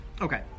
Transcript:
Okay